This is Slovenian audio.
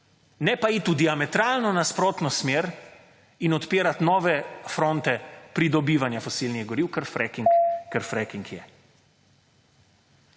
ne pa iti v diametralno nasprotno smer in odpirati nove fronte pridobivanja fosilnih goriv kar fracking je.